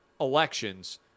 elections